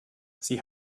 sie